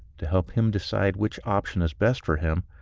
to help him decide which option is best for him,